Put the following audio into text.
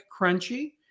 crunchy